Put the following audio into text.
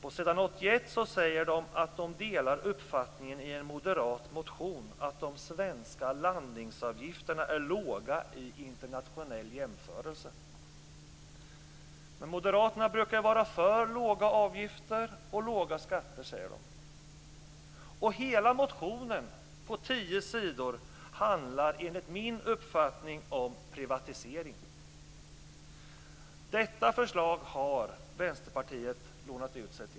På s. 81 säger de att de delar uppfattningen i en moderat motion om att de svenska landningsavgifterna är låga i en internationell jämförelse. Moderaterna brukar vara för låga avgifter och låga skatter. Hela motionen på tio sidor handlar enligt min uppfattning om privatisering. Detta förslag har Vänsterpartiet lånat sig till.